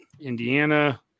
Indiana